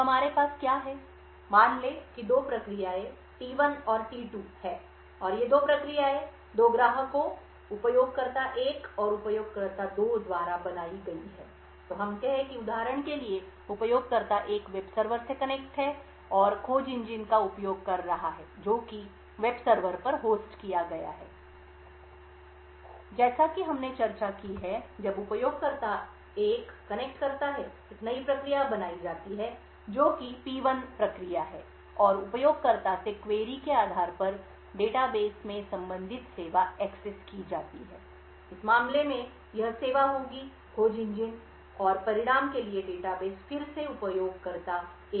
तो हमारे पास क्या है मान लें कि दो प्रक्रियाएँ T1 और T2 हैं और ये दो प्रक्रियाएँ दो ग्राहकों उपयोगकर्ता 1 और उपयोगकर्ता 2 द्वारा बनाई गई हैं तो हम कहें कि उदाहरण के लिए उपयोगकर्ता 1 वेब सर्वर से कनेक्ट है और खोज इंजन का उपयोग कर रहा है जो की वेब सर्वर पर होस्ट किया गया है जैसा कि हमने चर्चा की है जब उपयोगकर्ता 1 कनेक्ट करता है एक नई प्रक्रिया बनाई जाती है जो कि P1 प्रक्रिया है और उपयोगकर्ता से क्वेरी के आधार पर डेटा बेस में संबंधित सेवा एक्सेस की जाती है इस मामले में यह सेवा होगी खोज इंजन और परिणाम के लिए डेटा बेस फिर से उपयोगकर्ता 1 को भेजा जाता है